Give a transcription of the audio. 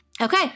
okay